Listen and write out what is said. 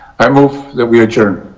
i move that we adjourn?